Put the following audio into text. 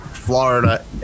florida